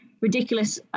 ridiculous